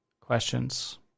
questions